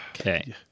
okay